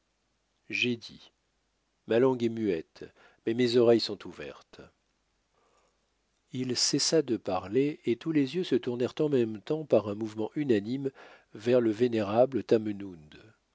j'ai dit ma langue est muette mais mes oreilles sont ouvertes il cessa de parler et tous les yeux se tournèrent en même temps par un mouvement unanime vers le vénérable